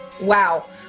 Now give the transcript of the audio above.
Wow